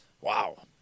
wow